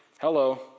Hello